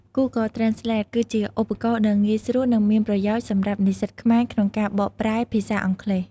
Google Translate គឺជាឧបករណ៍ដ៏ងាយស្រួល និងមានប្រយោជន៍សម្រាប់និស្សិតខ្មែរក្នុងការបកប្រែភាសាអង់គ្លេស។